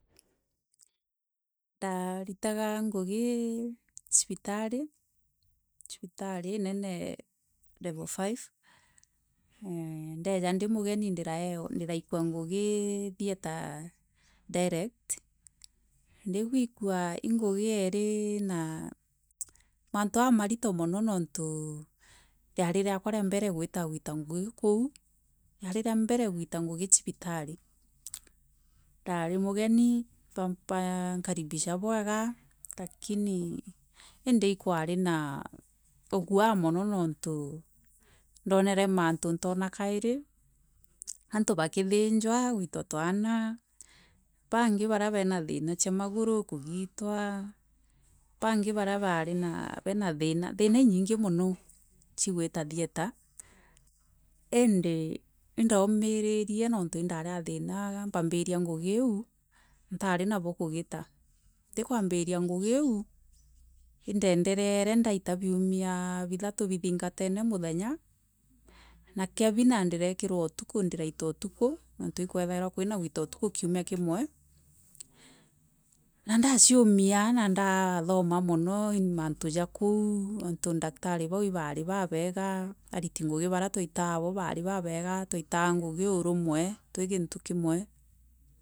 Ndaaritaga ngugi cibitari, cibitari inene level five ee ndeya ndi mugeni ndiraewa ndiraikwa ngugi theatre direct ndiguikua ii ngugi eri na mantu jamaritu mono niunto riari riakwa ria mbere guita kurita ngugi kou riari ria mbere guita ngugi cibitari ndaari mugeni baa nkaribisha bwega lakini indi ikwari na ugua mono niuntu indoonere mantu ntoona kairi antu bakithinjwa gwifwa fwana bangi baria beena thiina cia maguru kugitwa bangi baria baari na thiina thiina inyinge mono cia gwita theatre indi indaumiririe untu indari na thiina mpambiria ngugi iu ntaari na bwakugita ndikwambiria ngugi iu indaendeleco ndaita biumia bithatu bithingatene muthenya na kia bina ndiraikirwa utuku ndirarita utuku ikwethagirwa kwina kuritu utuku kiumia kimwe nandaciumia na ndaathoma mono mantu ja koa niuntu daktari bau ibaari babega ariti ngugi baria twaritaja nabo bari babega twaitaga ngugi urumwe twi gintu kimwe.